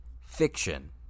fiction